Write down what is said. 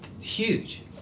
huge